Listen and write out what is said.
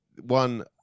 one